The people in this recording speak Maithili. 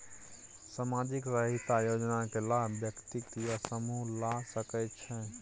सामाजिक सहायता योजना के लाभ व्यक्ति या समूह ला सकै छै?